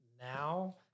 now